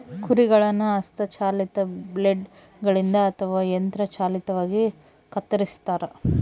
ಕುರಿಗಳನ್ನು ಹಸ್ತ ಚಾಲಿತ ಬ್ಲೇಡ್ ಗಳಿಂದ ಅಥವಾ ಯಂತ್ರ ಚಾಲಿತವಾಗಿ ಕತ್ತರಿಸ್ತಾರ